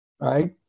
right